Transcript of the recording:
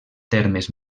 termes